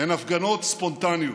הן הפגנות ספונטניות.